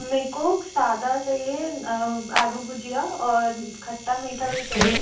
मेको सादा चाहिए आलू भुजिया और खट्टा मीठा भी चाहिए